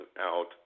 out